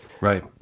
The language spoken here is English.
Right